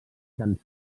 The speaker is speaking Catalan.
tan